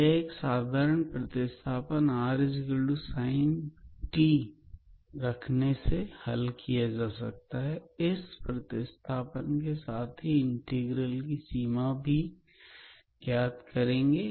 हम एक साधारण प्रतिस्थापन rsint से इसे हल कर सकते हैं इस प्रतिस्थापन के साथ ही इंटीग्रल की सीमा भी ज्ञात करेंगे